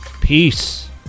Peace